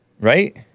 Right